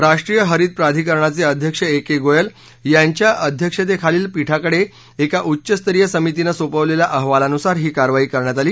राष्ट्रीय हरित प्राधिकरणाचे अध्यक्ष एके गोयल यांच्या अध्यक्षतेखालील पीठाकडे एका उच्चस्तरीय समितीने सोपवलेल्या अहवालानुसार ही कारवाई करण्यात आली